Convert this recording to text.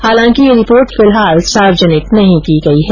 हालांकि ये रिपोर्ट फिलहाल सार्वजनिक नहीं की गई है